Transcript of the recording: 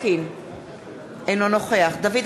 אינה נוכחת זאב אלקין,